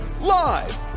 live